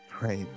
Right